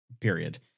period